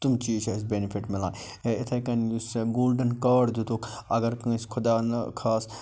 تِم چیٖز چھِ اَسہِ بیٚنِفِٹ مِلان یا یِتھَے کٔنۍ یُس گولڈن کارڈ دِتُکھ اگر کٲنٛسہِ خۄدا نہ خاستہٕ